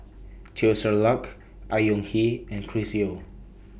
Teo Ser Luck Au Hing Yee and Chris Yeo